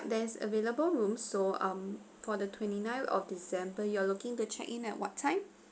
there's available room so um for the twenty nine of december you are looking to check in at what time